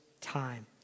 time